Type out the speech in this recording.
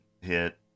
hit